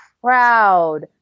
proud